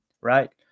right